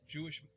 Jewish